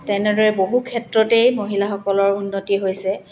তেনেদৰে বহু ক্ষেত্ৰতেই মহিলাসকলৰ উন্নতি হৈছে